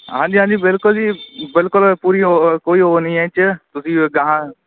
ਹਾਂਜੀ ਹਾਂਜੀ ਬਿਲਕੁਲ ਜੀ ਬਿਲਕੁਲ ਪੂਰੀ ਕੋਈ ਉਹ ਨਹੀਂ ਹੈ ਇਸ 'ਚ ਤੁਸੀਂ ਅਗਾਂਹ